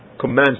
commands